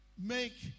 make